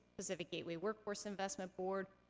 pacific gateway workforce investment board,